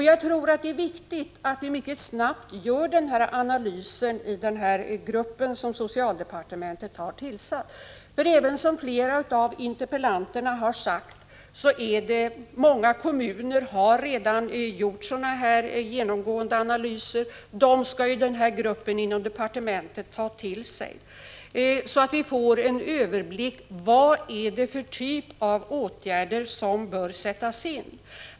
Jag tror det är mycket viktigt att den arbetsgrupp som socialdepartementet har tillsatt mycket snabbt gör den nämnda analysen. Många kommuner har redan, som också interpellanterna säger, gjort genomgående analyser. Dessa skall arbetsgruppen inom departementet ta till sig, så att vi får en överblick över vilken typ av åtgärder som bör sättas in.